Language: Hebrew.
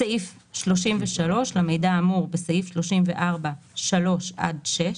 33, למידע האמור בסעיף 34(3) עד (6)